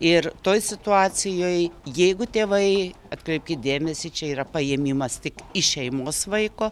ir toj situacijoj jeigu tėvai atkreipkit dėmesį čia yra paėmimas tik iš šeimos vaiko